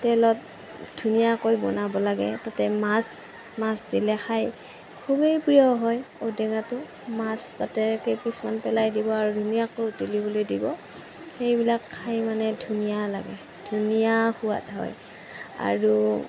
তেলত ধুনীয়াকৈ বনাব লাগে তাতে মাছ মাছ দিলে খাই খুবেই প্ৰিয় হয় ঔটেঙাটো মাছ তাতে কেইপিছমান পেলাই দিব আৰু ধুনীয়াকৈ উতলিবলৈ দিব সেইবিলাক খাই মানে ধুনীয়া লাগে ধুনীয়া সোৱাদ হয় আৰু